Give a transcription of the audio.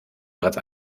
bereits